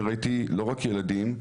ראיתי לא רק ילדים,